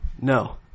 No